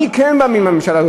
מי כן מאמין בממשלה הזאת,